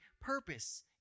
purpose